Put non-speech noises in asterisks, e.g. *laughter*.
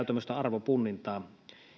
*unintelligible* tämmöistä arvopunnintaa